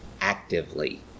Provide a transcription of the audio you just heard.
actively